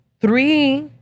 three